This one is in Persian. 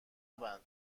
نبند